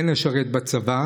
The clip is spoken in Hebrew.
כן לשרת בצבא,